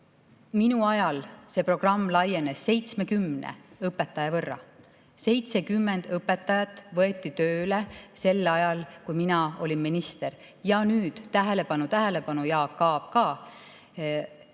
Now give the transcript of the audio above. Minu ajal see programm laienes 70 õpetaja võrra. 70 õpetajat võeti tööle sel ajal, kui mina olin minister. Ja nüüd tähelepanu-tähelepanu, Jaak Aab ka!